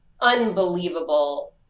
unbelievable